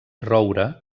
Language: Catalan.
roure